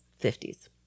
50s